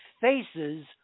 faces